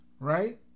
Right